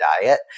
diet